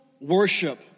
worship